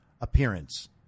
appearance